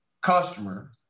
customer